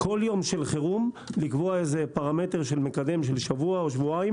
כל יום של חירום לקבוע פרמטר מקדם של שבוע או שבועיים